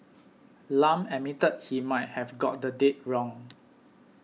Lam admitted he might have got the date wrong